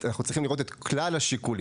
ואנחנו צריכים לראות את כלל השיקולים.